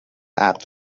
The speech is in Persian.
عقد